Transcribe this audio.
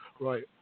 right